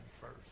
first